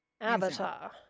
Avatar